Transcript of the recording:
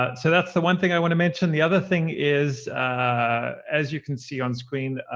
ah so that's the one thing i want to mention. the other thing is as you can see on screen,